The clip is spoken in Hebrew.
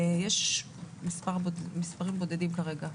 יש מספרים בודדים כרגע.